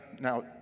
now